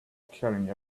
carrying